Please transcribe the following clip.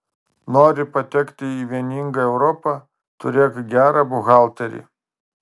nori patekti į vieningą europą turėk gerą buhalterį